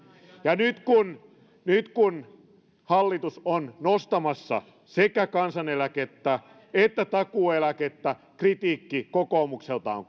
ja nyt kun nyt kun hallitus on nostamassa sekä kansaneläkettä että takuueläkettä kritiikki kokoomukselta on